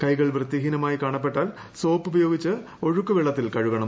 കൈകൾ വൃത്തിഹീനമായി കാണപ്പെട്ടാൽ സോപ്പ് ഉപയോഗിച്ച് ഒഴുക്ക് വെള്ളത്തിൽ കഴുകണം